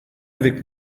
avec